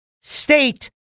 state